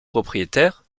propriétaires